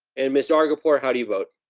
and miss zargarpur, how do you vote?